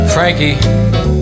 Frankie